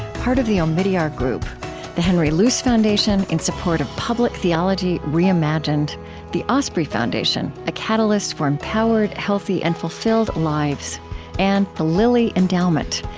part of the omidyar group the henry luce foundation, in support of public theology reimagined the osprey foundation, a catalyst for empowered, healthy, and fulfilled lives and the lilly endowment,